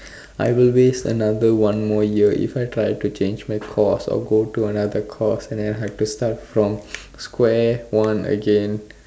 I will waste another one more year if I tried to change my course or go to another course and then I will have to go from square one again